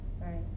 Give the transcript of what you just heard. Right